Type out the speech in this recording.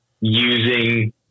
using